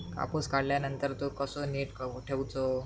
कापूस काढल्यानंतर तो कसो नीट ठेवूचो?